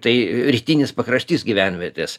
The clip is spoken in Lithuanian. tai rytinis pakraštys gyvenvietės